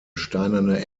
steinerne